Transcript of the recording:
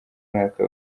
mwaka